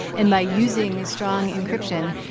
and by using strong encryption,